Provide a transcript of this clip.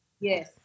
Yes